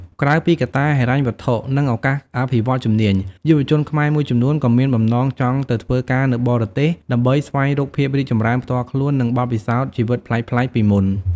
ក្រៅពីកត្តាហិរញ្ញវត្ថុ និងឱកាសអភិវឌ្ឍជំនាញ យុវជនខ្មែរមួយចំនួនក៏មានបំណងចង់ទៅធ្វើការនៅបរទេសដើម្បីស្វែងរកភាពរីកចម្រើនផ្ទាល់ខ្លួន និងបទពិសោធន៍ជីវិតប្លែកៗពីមុន។